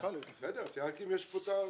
רציתי רק לדעת אם היושב-ראש פה.